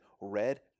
Red